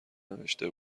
نوشته